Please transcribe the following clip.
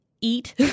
eat